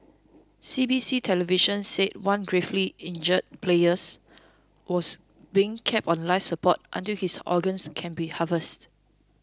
C B C television said one gravely injured players was being kept on life support until his organs can be harvested